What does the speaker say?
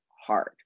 hard